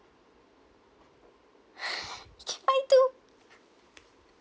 can I do